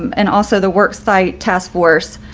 and also the worksite task force.